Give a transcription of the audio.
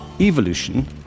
evolution